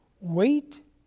wait